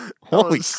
Holy